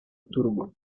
turbo